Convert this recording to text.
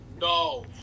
no